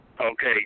Okay